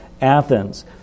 Athens